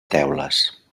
teules